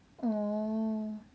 oh